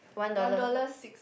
one dollar six